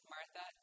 Martha